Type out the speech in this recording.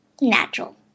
natural